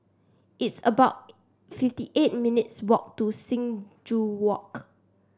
it's about fifty eight minutes' walk to Sing Joo Walk